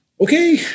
okay